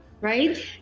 right